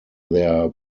their